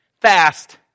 fast